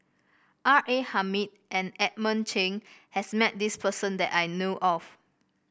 R A Hamid and Edmund Cheng has met this person that I know of